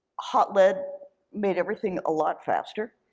hot lead made everything a lot faster.